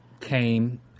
came